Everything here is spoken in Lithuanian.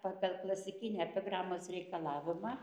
pagal klasikinį epigramos reikalavimą